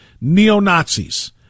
neo-Nazis